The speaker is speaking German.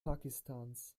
pakistans